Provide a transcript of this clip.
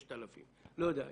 6,000. לא יודע,